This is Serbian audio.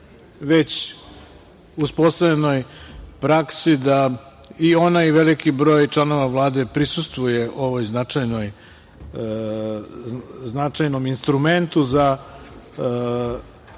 već uspostavljenoj praksi da i ona i veliki broj članova Vlade prisustvuju ovoj značajnom instrumentu za postavljanje